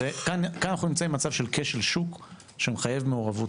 כאן אנחנו נמצאים במצב של כשל שוק שמחייב מעורבות